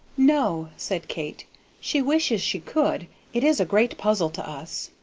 no, said kate she wishes she could it is a great puzzle to us.